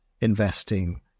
investing